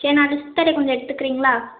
சரி நான் லிஸ்ட் தர்றேன் கொஞ்சம் எடுத்துக்கிறீங்களா